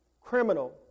criminal